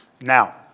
now